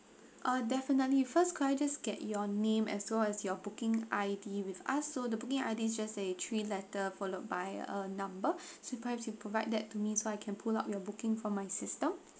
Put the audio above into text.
uh definitely first could I just get your name as well as your booking I_D with us so the booking I_D is just a three letter followed by a number so perhaps you provide that to me so I can pull up your booking for my system